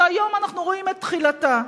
שהיום אנחנו רואים את תחילתה.